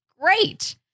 great